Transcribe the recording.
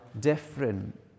different